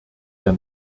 der